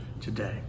today